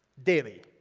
daily.